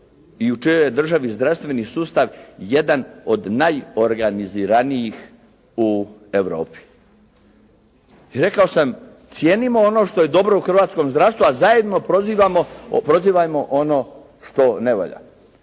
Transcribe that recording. i u čijoj je državi zdravstveni sustav jedan od najorganiziranijih u Europi. I rekao sam: «Cijenimo ono što je dobro u hrvatskom zdravstvu, a zajedno prozivamo, prozivajmo ono što ne valja.»